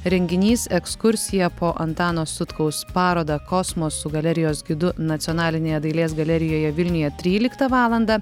renginys ekskursija po antano sutkaus parodą kosmos su galerijos gidu nacionalinėje dailės galerijoje vilniuje tryliktą valandą